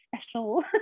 special